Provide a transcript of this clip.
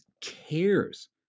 cares